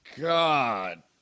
God